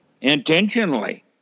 Intentionally